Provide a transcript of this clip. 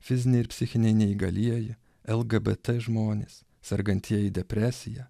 fiziniai ir psichiniai neįgalieji lgbt žmonės sergantieji depresija